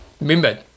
remember